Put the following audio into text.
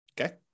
Okay